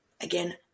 again